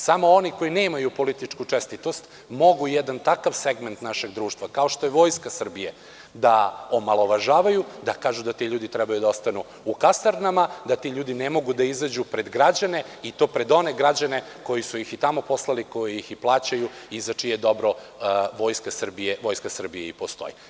Samo oni koji nemaju političku čestitost mogu jedan takav segment našeg društva kao što je Vojska Srbije da omalovažavaju, da kažu da ti ljudi treba da ostanu u kasarnama, da ti ljudi ne mogu da izađu pred građane i to pred one građane koji su ih tamo i poslali, koji ih plaćaju i za čije dobro Vojska Srbije i postoji.